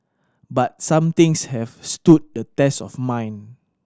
but some things have stood the test of mine